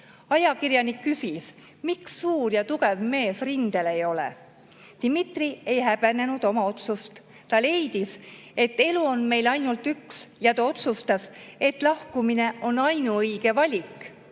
Ajakirjanik küsis, miks suur ja tugev mees rindel ei ole. Dmitri ei häbenenud oma otsust. Ta leidis, et elu on meil ainult üks, ja otsustas, et lahkumine on ainuõige valik.